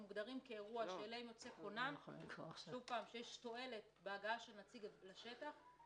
שמוגדרים כאירוע שאליהם יוצא כונן כשיש תועלת בהגעת נציג לשטח,